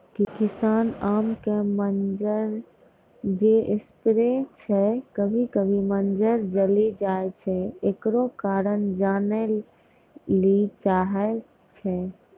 किसान आम के मंजर जे स्प्रे छैय कभी कभी मंजर जली जाय छैय, एकरो कारण जाने ली चाहेय छैय?